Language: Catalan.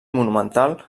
monumental